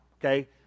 Okay